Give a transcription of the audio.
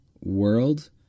world